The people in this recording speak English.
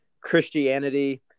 Christianity